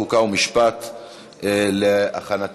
חוק ומשפט נתקבלה.